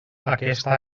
aquesta